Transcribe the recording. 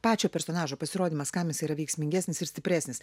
pačio personažo pasirodymas kam jis yra veiksmingesnis ir stipresnis